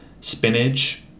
spinach